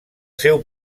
seu